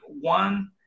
one